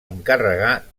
encarregar